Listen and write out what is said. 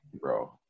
bro